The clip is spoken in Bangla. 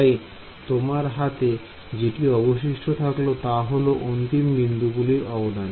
তাই তোমার হাতে যেটি অবশিষ্ট থাকল তা হল অন্তিম বিন্দুগুলি অবদান